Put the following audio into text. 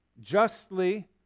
justly